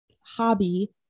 hobby